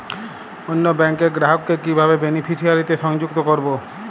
অন্য ব্যাংক র গ্রাহক কে কিভাবে বেনিফিসিয়ারি তে সংযুক্ত করবো?